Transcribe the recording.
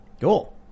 Cool